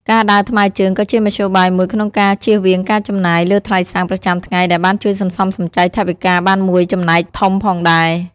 ការដើរថ្មើរជើងក៏ជាមធ្យោបាយមួយក្នុងការជៀសវាងការចំណាយលើថ្លៃសាំងប្រចាំថ្ងៃដែលបានជួយសន្សំសំចៃថវិកាបានមួយចំណែកធំផងដែរ។